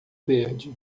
verde